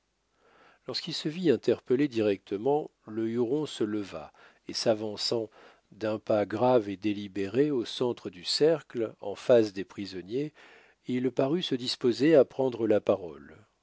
lorsqu'il se vit interpellé directement le huron se leva et s'avançant d'un pas grave et délibéré au centre du cercle en face des prisonniers il parut se disposer à prendre la parole